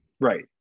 Right